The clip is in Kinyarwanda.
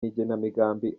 n’igenamigambi